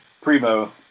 Primo